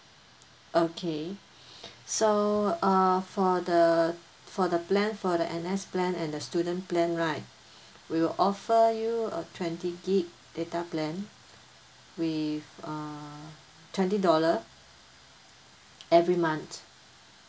okay so err for the for the plan for the N_S plan and the student plan right we will offer you a twenty gig data plan with err twenty dollar every month